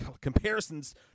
comparisons